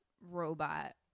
robot